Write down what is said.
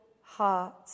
heart